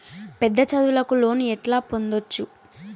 పెద్ద చదువులకు లోను ఎట్లా పొందొచ్చు